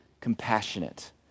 compassionate